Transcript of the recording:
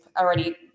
already